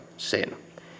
sen